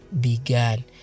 began